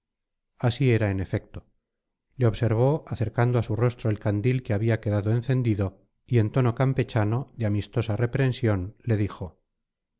así era en efecto le observó acercando a su rostro el candil que había quedado encendido y en tono campechano de amistosa reprensión le dijo